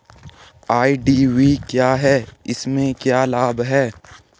IDV क्या है इसमें क्या लाभ है?